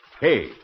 Hey